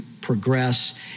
progress